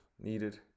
needed